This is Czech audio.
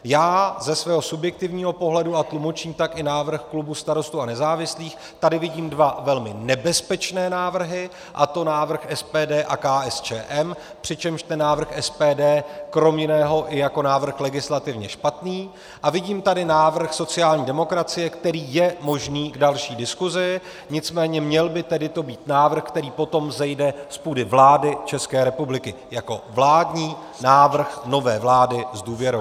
Já ze svého subjektivního pohledu a tlumočím tak i návrh klubu Starostů a nezávislých tady vidím dva velmi nebezpečné návrhy, a to návrh SPD a KSČM, přičemž ten návrh SPD krom jiného i jako návrh legislativně špatný, a vidím tady návrh sociální demokracie, který je možný k další diskusi, nicméně měl by to být tedy návrh, který potom vzejde z půdy vlády České republiky jako vládní návrh nové vlády s důvěrou.